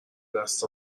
دست